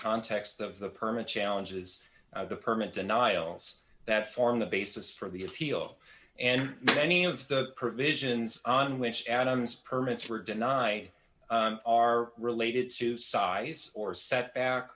context of the permit challenges the permit denials that form the basis for the appeal and many of the provisions on which adams permits for deny are related to size or setback